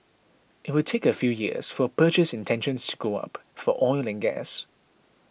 it will take a few years for purchase intentions to go up for oil and gas